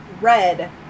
red